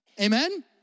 Amen